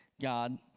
God